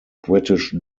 british